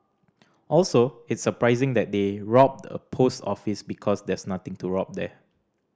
also it's surprising that they robbed a post office because there's nothing to rob there